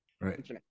right